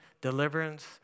deliverance